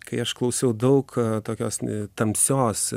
kai aš klausiau daug tokios tamsios